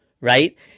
Right